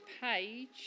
page